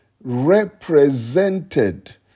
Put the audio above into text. represented